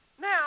now